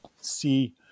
see